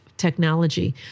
Technology